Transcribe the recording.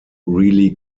really